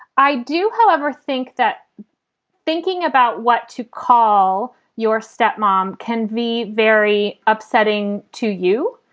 i do, however, think that thinking about what to call your step mom can be very upsetting to you.